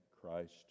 Christ